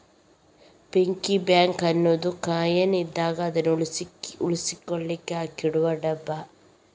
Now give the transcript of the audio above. piggy bank ಅನ್ನುದು coin ಇದ್ದಾಗ ಅದನ್ನು ಉಳಿಸ್ಲಿಕ್ಕೆ ಹಾಕಿಡುವ ಡಬ್ಬ